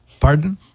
Pardon